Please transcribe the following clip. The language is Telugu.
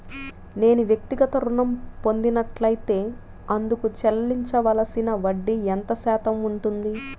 నేను వ్యక్తిగత ఋణం పొందినట్లైతే అందుకు చెల్లించవలసిన వడ్డీ ఎంత శాతం ఉంటుంది?